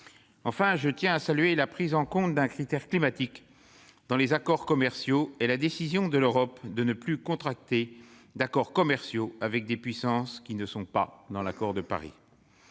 dernier. Je tiens à saluer la prise en compte d'un critère climatique dans les accords commerciaux et la décision de l'Europe de ne plus contracter d'accords commerciaux avec des puissances qui ne sont pas signataires de l'accord de Paris.